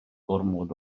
gormod